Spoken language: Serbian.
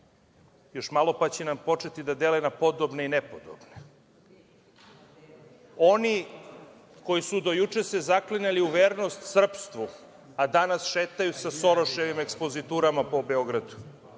Još malo pa će početi da dele na podobne i nepodobne. Oni koji su se do juče zaklinjali u vernost srpstvu, a danas šetaju sa Soroševim ekspoziturama po Beogradu,